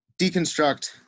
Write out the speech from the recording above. deconstruct